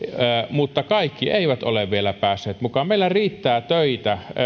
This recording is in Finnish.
mutta kaikki eivät ole vielä päässeet mukaan meillä riittää töitä